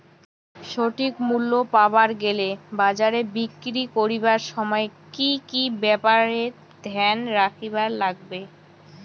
সঠিক মূল্য পাবার গেলে বাজারে বিক্রি করিবার সময় কি কি ব্যাপার এ ধ্যান রাখিবার লাগবে?